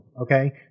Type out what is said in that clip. Okay